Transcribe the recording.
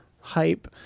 hype